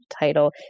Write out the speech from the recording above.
title